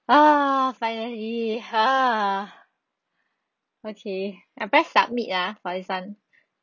ah finally ah okay I press submit ah for this one